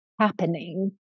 happening